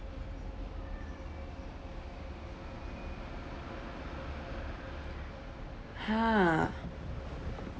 !huh!